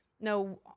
No